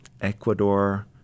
Ecuador